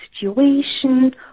situation